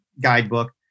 guidebook